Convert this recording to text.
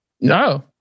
No